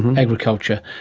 agriculture,